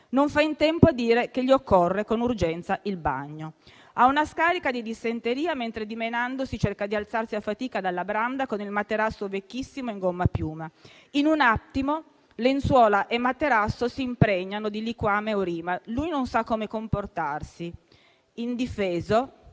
non fa in tempo a dire che gli occorre con urgenza il bagno. Ha una scarica di dissenteria, mentre dimenandosi cerca di alzarsi a fatica dalla branda con il materasso vecchissimo in gomma piuma. In un attimo, lenzuola e materasso s'impregnano di liquame e urina, lui non sa come comportarsi, indifeso,